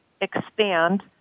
expand